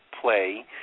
Play